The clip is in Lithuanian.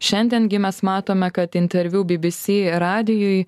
šiandien gi mes matome kad interviu bbc radijui